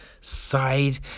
side